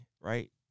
right